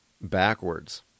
backwards